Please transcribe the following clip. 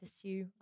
pursue